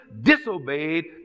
disobeyed